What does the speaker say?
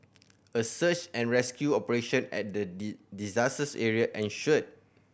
a search and rescue operation at the disaster area ensued